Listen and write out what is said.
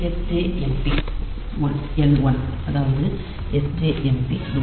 sjmp l1 அதாவது sjmp loop